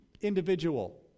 individual